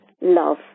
love